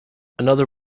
another